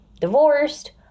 divorced